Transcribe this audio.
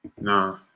No